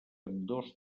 ambdós